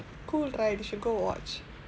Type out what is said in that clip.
cool right you should go watch